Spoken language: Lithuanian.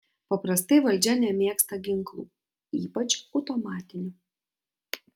paprastai valdžia nemėgsta ginklų ypač automatinių